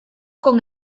con